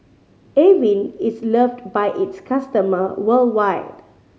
Avene is loved by its customer worldwide